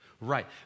Right